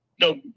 no